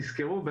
תזכרו,